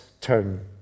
turn